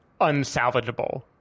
unsalvageable